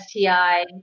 STI